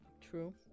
True